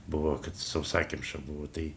buvo sausakimša buvo tai